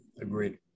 agreed